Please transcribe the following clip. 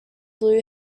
blue